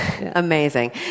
Amazing